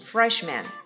Freshman